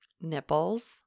Nipples